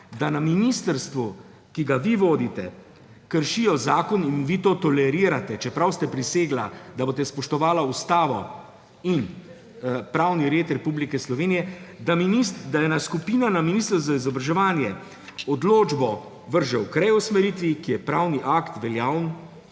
da na ministrstvu, ki ga vi vodite, kršijo zakon in vi to tolerirate, čeprav ste prisegli, da boste spoštovala ustavo in pravni red Republike Slovenije, da ena skupina na ministrstvu za izobraževanje odločbo vrže k reusmeritvi, ki je pravni akt, veljaven,